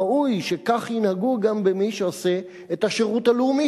ראוי שכך ינהגו גם במי שעושה את השירות הלאומי